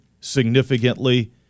significantly